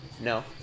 No